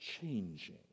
changing